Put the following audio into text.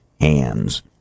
hands